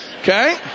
Okay